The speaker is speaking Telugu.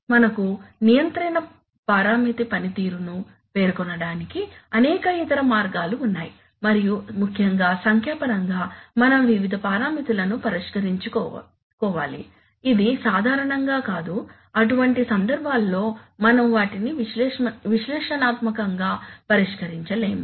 మనకు నియంత్రణ పారామితి పనితీరును పేర్కొనడానికి అనేక ఇతర మార్గాలు ఉన్నాయి మరియు ముఖ్యంగా సంఖ్యాపరంగా మనం వివిధ పారామితులను పరిష్కరించుకోవాలి ఇది సాధారణంగా కాదు అటువంటి సందర్భాల్లో మనం వాటిని విశ్లేషణాత్మకంగా పరిష్కరించలేము